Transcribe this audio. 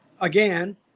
again